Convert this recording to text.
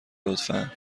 لطفا